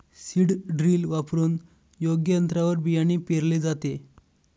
seed drill वापरून योग्य अंतरावर बियाणे पेरले जाते